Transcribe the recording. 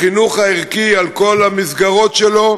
החינוך הערכי על כל המסגרות שלו,